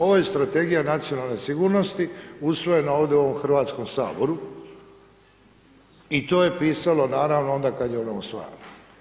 Ova je Strategija nacionalne sigurnosti usvojena ovdje u ovom Hrvatskom saboru i to je pisalo naravno onda kad je ona usvajana.